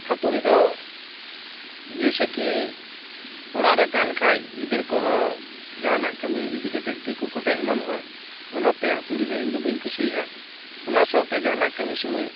ᱦᱟᱛᱩᱲᱤ ᱫᱚ ᱡᱮᱥᱮᱠᱤ ᱚᱲᱟ ᱨᱮ ᱛᱟᱦᱮᱱ ᱠᱷᱟᱱ ᱜᱤᱫᱽᱨᱟᱹ ᱠᱚᱦᱚᱸ ᱡᱟᱦᱟᱱᱟᱜ ᱠᱟᱹᱢᱤ ᱤᱫᱤ ᱠᱟᱛᱮ ᱛᱤ ᱠᱚ ᱠᱚᱴᱮᱡ ᱟᱢᱟᱱᱚᱜᱼᱟ ᱚᱱᱟᱛᱮ ᱦᱟᱹᱛᱩᱲᱤ ᱫᱚ ᱤᱧᱫᱚ ᱵᱟᱹᱧ ᱠᱩᱥᱤᱭᱟᱜᱼᱟ ᱚᱱᱟ ᱥᱟᱣᱛᱮ ᱡᱟᱦᱟᱱᱟᱜ ᱠᱟᱹᱢᱤ ᱥᱩᱢᱚᱭ